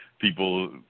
People